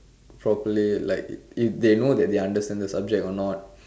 properly if they know that they understand the subject or not